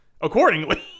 accordingly